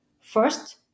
First